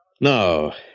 Now